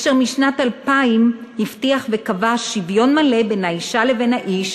אשר משנת 2000 הבטיח וקבע שוויון מלא בין האישה לבין האיש